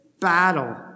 battle